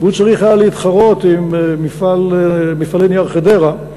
הוא צריך היה להתחרות עם מפעלי "נייר חדרה",